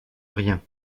rien